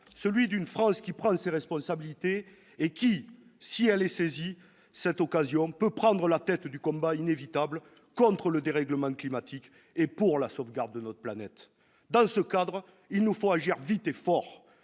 celui d'une France qui prend ses responsabilités et qui, si elle saisit cette occasion, peut prendre la tête du combat inévitable contre le dérèglement climatique et pour la sauvegarde de notre planète. Dans ce cadre, il nous faut agir vite et fort,